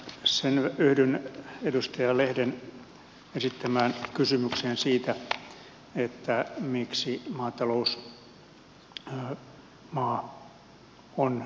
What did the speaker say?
yhdyn edustaja lehden esittämään kysymykseen siitä miksi maatalousmaa on kiinteistöverosta vapaata